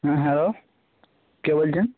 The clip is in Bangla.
হ্যাঁ হ্যালো কে বলছেন